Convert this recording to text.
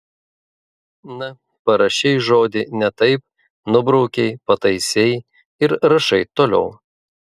na parašei žodį ne taip nubraukei pataisei ir rašai toliau